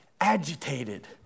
agitated